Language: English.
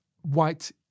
white